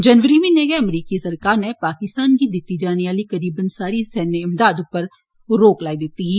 जनवरी म्हीने गै अमरीकी सरकार नै पाकिस्तान गी दिती जाने आली तकरीबन सारी सैन्य इमदाद उप्पर रोक लाई दिती ही